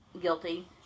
guilty